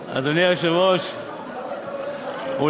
אדוני היושב-ראש, למה אתה עולה שוב?